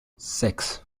six